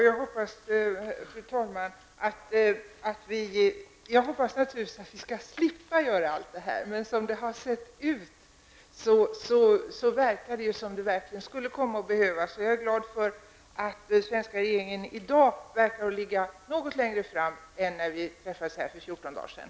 Fru talman! Jag hoppas naturligtvis att vi skall slippa allt detta, men det har ändå sett ut som om det verkligen skulle bli nödvändigt. Jag är glad över att den svenska regeringen i dag tycks ligga något längre fram i sin planering för detta än vad som var fallet när vi träffades för fjorton dagar sedan.